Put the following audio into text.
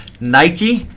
nike,